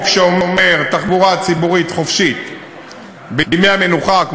שאומר תחבורה ציבורית חופשית בימי המנוחה,